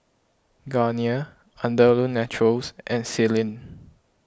Garnier Andalou Naturals and Sealy